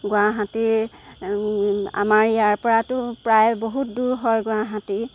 গুৱাহাটী আমাৰ ইয়াৰপৰাতো প্ৰায় বহুত দূৰ হয় গুৱাহাটী